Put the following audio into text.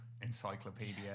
Encyclopedia